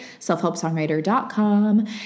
selfhelpsongwriter.com